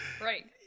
Right